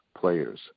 players